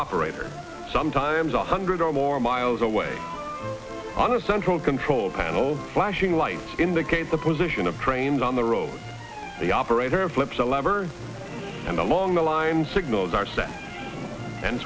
operator sometimes a hundred or more miles away on a central control panel flashing lights indicate the position of trains on the road the operator flips a lever and along the lines signals are s